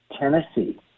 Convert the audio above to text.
Tennessee